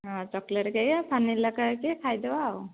ହଁ chocolate cake vanilla cake ଖାଇଦେବା ଆଉ